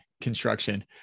construction